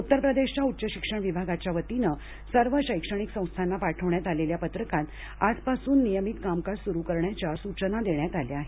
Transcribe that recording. उत्तर प्रदेशच्या उच्च शिक्षण विभागाच्या वतीनं सर्व शैक्षणिक संस्थांना पाठवण्यात आलेल्या पत्रकामध्ये आजपासून नियमित कामकाज सुरू करण्याच्या सूचना देण्यात आल्या आहेत